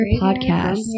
Podcast